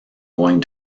going